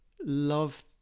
love